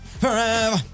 forever